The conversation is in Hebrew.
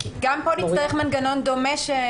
גם פה נצטרך מנגנון דומה.